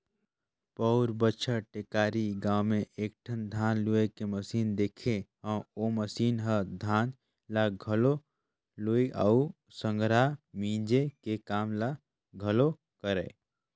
पउर बच्छर टेकारी गाँव में एकठन धान लूए के मसीन देखे हंव ओ मसीन ह धान ल घलोक लुवय अउ संघरा मिंजे के काम ल घलोक करय